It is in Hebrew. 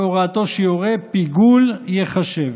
והוראתו שיורה פיגול ייחשב.